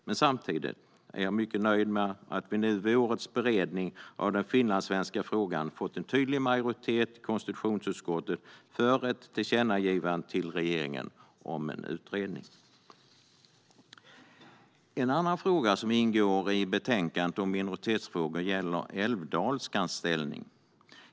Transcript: Men samtidigt är jag mycket nöjd med att vi nu, vid årets beredning av den finlandssvenska frågan, fått en tydlig majoritet i konstitutionsutskottet för ett tillkännagivande till regeringen om en utredning. En annan fråga som ingår i betänkandet Minoritetsfrågor gäller älvdalskans ställning.